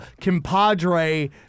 compadre